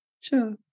Sure